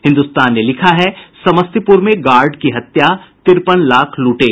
हिन्दुस्तान ने लिखा है समस्तीपुर में गार्ड की हत्या तिरपन लाख लूटे